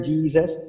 Jesus